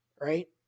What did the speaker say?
right